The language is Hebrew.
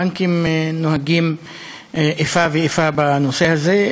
הבנקים נוהגים איפה ואיפה בנושא הזה.